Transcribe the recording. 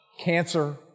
cancer